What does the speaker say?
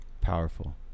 powerful